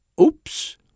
oops